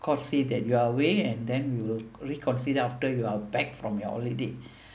court say that you are away and then we will reconsider after you are back from your holiday